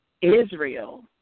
Israel